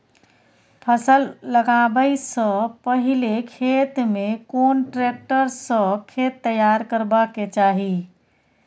फसल लगाबै स पहिले खेत में कोन ट्रैक्टर स खेत तैयार करबा के चाही?